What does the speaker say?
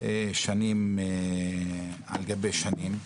שנים על גבי שנים,